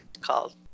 called